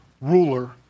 ruler